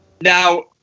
Now